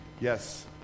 Yes